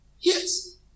Yes